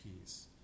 peace